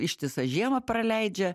ištisą žiemą praleidžia